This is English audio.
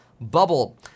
bubble